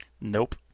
Nope